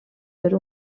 per